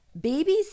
Babies